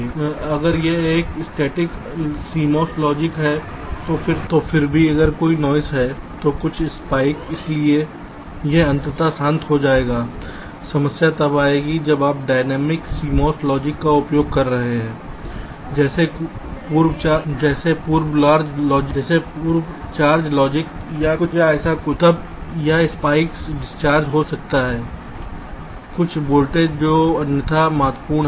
और अगर यह एक स्टैटिक CMOS लॉजिक है तो फिर भी अगर कोई नॉइस है तो कुछ स्पाइक इसलिए यह अंततः शांत हो जाएगा समस्या तब आएगी जब आप डायनेमिक CMOS लॉजिक का उपयोग कर रहे हैं जैसे पूर्व चार्ज लॉजिक या ऐसा कुछ तब यह स्पाइक्स डिस्चार्ज हो सकता है कुछ वोल्टेज जो अन्यथा महत्वपूर्ण हैं